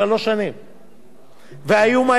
והאיום היה שאם לא נסיים את זה היום,